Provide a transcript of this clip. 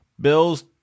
Bills